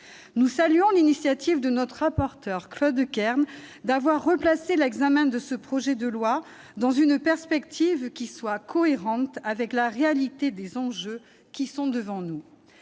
Nous saluons l'initiative de notre rapporteur, Claude Kern, qui a replacé l'examen de ce projet de loi dans une perspective cohérente avec la réalité des enjeux qui sont devant nous.